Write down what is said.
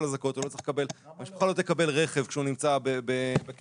הזכאויות; המשפחה לא תקבל רכב כשהוא נמצא בכלא,